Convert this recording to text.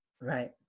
Right